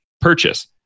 purchase